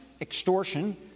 extortion